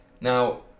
Now